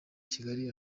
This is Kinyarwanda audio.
kigali